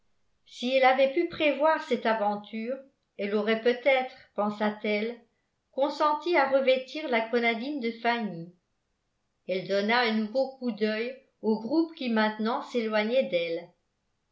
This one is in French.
si elle avait pu prévoir cette aventure elle aurait peut-être pensa-t-elle consenti à revêtir la grenadine de fanny elle donna un nouveau coup d'œil au groupe qui maintenant s'éloignait d'elle